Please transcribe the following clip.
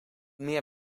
meer